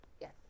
Yes